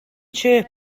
chirp